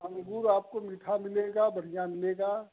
हाँ बिल्कुल आपको मीठा मिलेगा बढ़िया मिलेगा